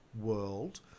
world